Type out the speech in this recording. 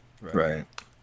Right